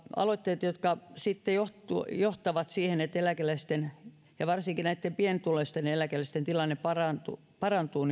aloitteet jotka johtavat siihen että eläkeläisten ja varsinkin pienituloisten eläkeläisten tilanne parantuu parantuu